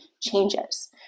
changes